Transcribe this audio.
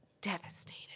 devastated